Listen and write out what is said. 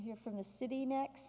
here from the city next